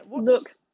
Look –